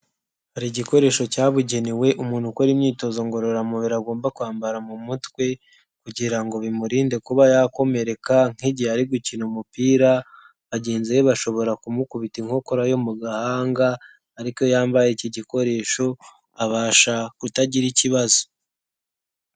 Hari igikoresho cyabugenewe umuntu ukora imyitozo ngororamubiri agomba kwambara mu mutwe kugira ngo bimurinde kuba yakomereka nk'igihe ari gukina umupira, bagenzi be bashobora kumukubita inkokora yo mu gahanga ariko yambaye iki gikoresho abasha kutagira ikibazo.